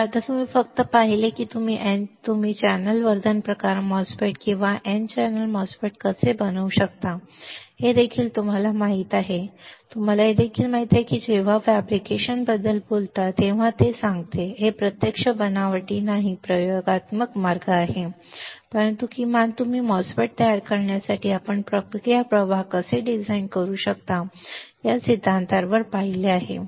तर आता तुम्ही फक्त पाहिले नाही की तुम्ही चॅनेल वर्धन प्रकार MOSFET किंवा n चॅनेल MOSFET कसे बनवू शकता हे तुम्हाला देखील माहित आहे तुम्हाला देखील माहित आहे जेव्हा मी जेव्हा फॅब्रिकेशन बद्दल बोलतो तेव्हा ते सांगते हे प्रत्यक्ष बनावटी नाही प्रयोगात्मक मार्ग आहे परंतु किमान तुम्ही MOSFET तयार करण्यासाठी आपण प्रक्रिया प्रवाह कसे डिझाइन करू शकता या सिद्धांतावर पाहिले जाते